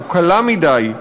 או קלה מדי,